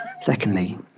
Secondly